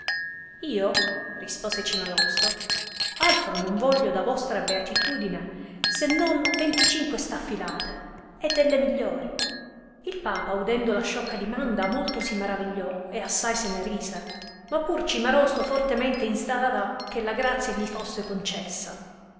io rispose cimarosto altro non voglio da vostra beatitudine se non venticinque staffilate e delle migliori il papa udendo la sciocca dimanda molto si maravigliò e assai se ne rise ma pur cimarosto fortemente instava che la grazia gli fosse concessa